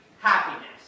happiness